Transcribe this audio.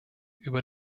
über